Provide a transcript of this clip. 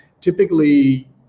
typically